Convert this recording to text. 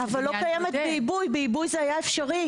אבל היא לא קיימת בעיבוי, בעיבוי זה היה אפשרי.